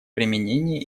применении